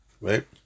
right